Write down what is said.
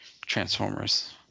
Transformers